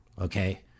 okay